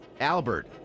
Albert